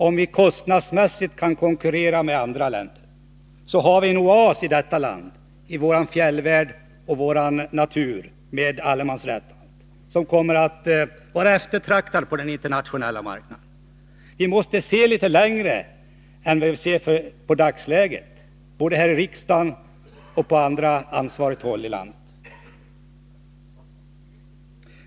Om vi kostnadsmässigt kan konkurrera med andra länder, har vi en oas i vår fjällvärld och vår natur med allemansrätten, som kommer att vara eftertraktad på den internationella marknaden. Vi måste se litet längre än bara till dagsläget, både här i riksdagen och på annat ansvarigt håll i landet.